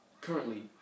currently